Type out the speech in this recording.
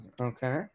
Okay